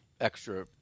extra